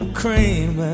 cream